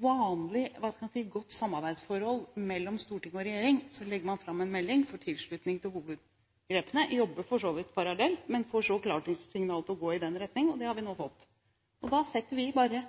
vanlig, godt samarbeidsforhold mellom storting og regjering legger man fram en melding, får tilslutning til hovedgrepene, jobber for så vidt parallelt, men får så klarsignal til å gå i den retning. Det har vi nå fått. Da setter vi bare